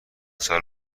سال